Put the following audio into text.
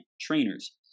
Trainers